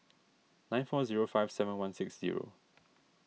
nine four zero five seven one six zero